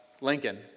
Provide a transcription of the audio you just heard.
Lincoln